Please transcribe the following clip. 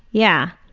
yeah.